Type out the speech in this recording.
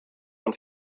von